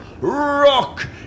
rock